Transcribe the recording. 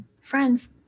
Friends